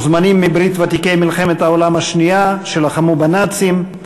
מוזמנים מ"ברית ותיקי מלחמת העולם השנייה" שלחמו בנאצים,